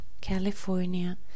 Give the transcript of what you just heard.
California